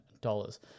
dollars